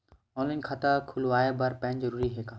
Online खाता खुलवाय बर पैन जरूरी हे का?